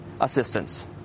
assistance